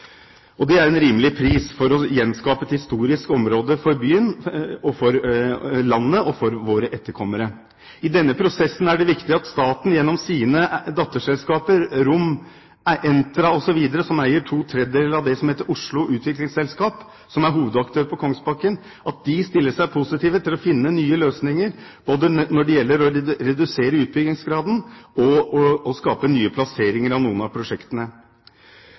Det er en rimelig pris for å gjenskape et historisk område for byen og for landet og for våre etterkommere. I denne prosessen er det viktig at staten gjennom sine datterselskaper ROM, Entra osv., som eier to tredjedeler av det som heter Oslo S. Utvikling, som er hovedaktør på Kongsbakken, stiller seg positive til å finne nye løsninger når det gjelder både å redusere utbyggingsgraden og å skape nye plasseringer av noen av prosjektene.